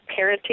parenting